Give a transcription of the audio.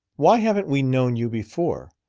why haven't we known you before?